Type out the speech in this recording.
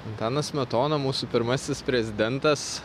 antanas smetona mūsų pirmasis prezidentas